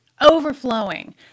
overflowing